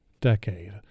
decade